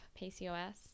PCOS